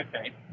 Okay